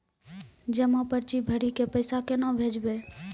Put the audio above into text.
जमा पर्ची भरी के पैसा केना भेजबे?